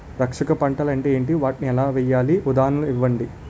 రక్షక పంటలు అంటే ఏంటి? వాటిని ఎలా వేయాలి? ఉదాహరణలు ఇవ్వండి?